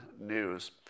news